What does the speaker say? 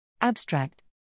Abstract